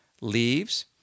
leaves